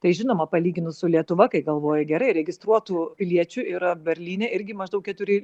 tai žinoma palyginus su lietuva kai galvoji gerai registruotų piliečių yra berlyne irgi maždaug keturi